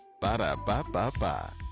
Ba-da-ba-ba-ba